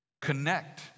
Connect